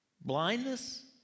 blindness